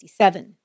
1967